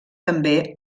també